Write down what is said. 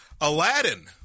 Aladdin